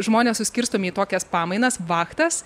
žmonės suskirstomi į tokias pamainas vachtas